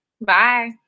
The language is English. Bye